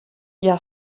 hja